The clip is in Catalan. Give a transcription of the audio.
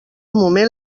moment